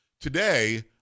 Today